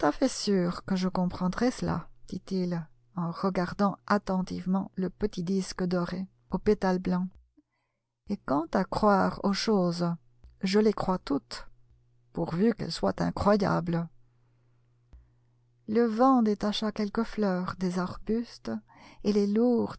fait sûr que je comprendrai cela dit-il en regardant attentivement le petit disque doré aux pétales blancs et quant à croire aux choses je les crois toutes pourvu qu'elles soient incroyables le vent détacha quelques fleurs des arbustes et les lourdes